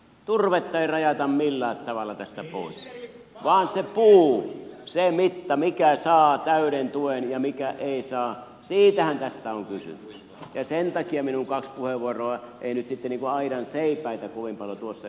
turvetta ei rajata millään tavalla tästä pois vaan siitä puusta siitä mitasta mikä saa täyden tuen ja mikä ei saa siitähän tässä on kysymys ja sen takia minun kaksi puheenvuoroani eivät nyt niin kuin aidanseipäitä kovin paljon tuossa yhteydessä käsitelleet